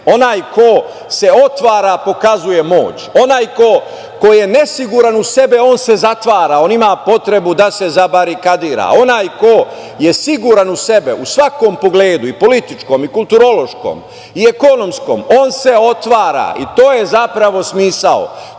Onaj ko se otvara pokazuje moć. Onaj ko je nesiguran u sebe se zatvara, on ima potrebu da se zabarikadira. Onaj ko je siguran u sebe u svakom pogledu – političkom, kulturološkom i ekonomskom, on se otvara i to je zapravo smisao.